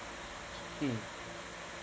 mm